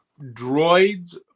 droids